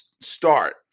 start